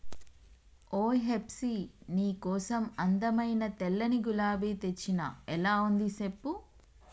ఓయ్ హెప్సీ నీ కోసం అందమైన తెల్లని గులాబీ తెచ్చిన ఎలా ఉంది సెప్పు